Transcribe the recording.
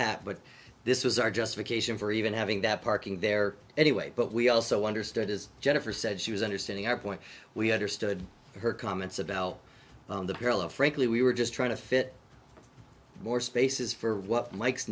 hat but this was our justification for even having that parking there anyway but we also understood as jennifer said she was understanding our point we understood her comments a bell on the parallel frankly we were just trying to fit more spaces for what mike